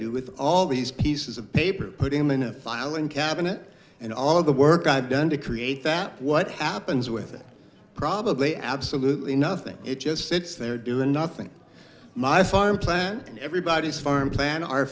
do with all these pieces of paper putting them in a filing cabinet and all the work i've done to create that what happens with it probably absolutely nothing it just sits there doing nothing my farm planting everybody's farm plan our